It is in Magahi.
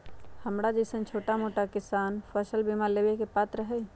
हमरा जैईसन छोटा मोटा किसान फसल बीमा लेबे के पात्र हई?